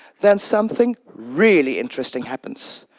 then something really interesting happens.